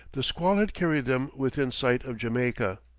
the squall had carried them within sight of jamaica.